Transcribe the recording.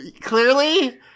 Clearly